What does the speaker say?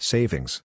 Savings